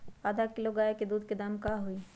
आधा किलो गाय के दूध के का दाम होई?